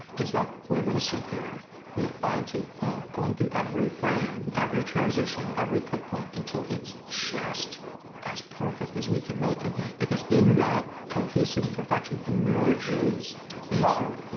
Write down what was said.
is that we're gonna sit here with a fine tooth comb going through every frame, every transition, every click point until it's just as perfect as we can make it. because in that cohesive perfection emerges the art.